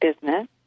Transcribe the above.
business